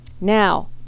now